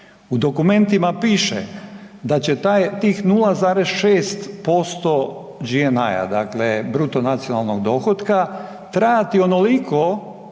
u dokumentima piše da će tih 0,6% GNI dakle bruto nacionalnog dohotka trajati onoliko